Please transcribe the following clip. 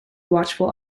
watchful